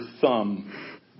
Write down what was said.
thumb